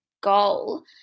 goal